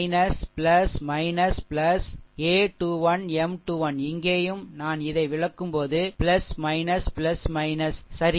a 2 1 M 2 1 இங்கேயும் நான் இதை விளக்கும்போது சரி